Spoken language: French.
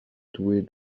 douée